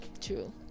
True